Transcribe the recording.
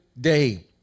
day